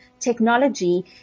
Technology